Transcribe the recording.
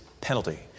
penalty